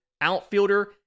outfielder